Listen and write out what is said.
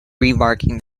remarking